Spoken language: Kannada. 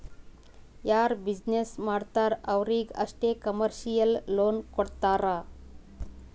ಯಾರು ಬಿಸಿನ್ನೆಸ್ ಮಾಡ್ತಾರ್ ಅವ್ರಿಗ ಅಷ್ಟೇ ಕಮರ್ಶಿಯಲ್ ಲೋನ್ ಕೊಡ್ತಾರ್